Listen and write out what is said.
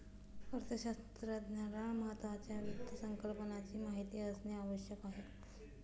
अर्थशास्त्रज्ञाला महत्त्वाच्या वित्त संकल्पनाची माहिती असणे आवश्यक आहे